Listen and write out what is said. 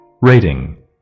rating